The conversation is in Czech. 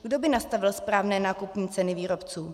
Kdo by nastavil správné nákupní ceny výrobců?